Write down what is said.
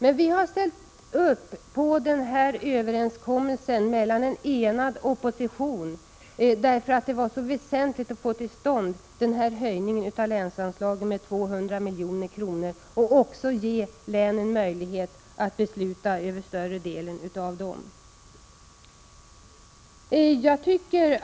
En enad opposition står bakom en överenskommelse på denna punkt, och vi harsställt oss bakom den därför att det är väsentligt att få till stånd höjningen av länsanslaget med 200 milj.kr. och även att ge länen möjlighet att besluta över större delen av dessa medel.